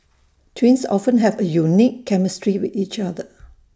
twins often have A unique chemistry with each other